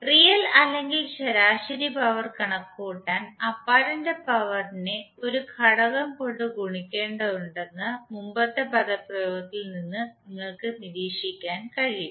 real അല്ലെങ്കിൽ ശരാശരി power കണക്കുകൂട്ടാൻ അപ്പാരന്റ് പവറിനെ ഒരു ഘടകം കൊണ്ട് ഗുണിക്കേണ്ടതുണ്ടെന്ന് മുമ്പത്തെ പദപ്രയോഗത്തിൽ നിന്ന് നിങ്ങൾക്ക് നിരീക്ഷിക്കാൻ കഴിയും